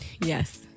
Yes